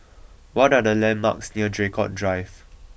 what are the landmarks near Draycott Drive